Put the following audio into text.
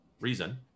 reason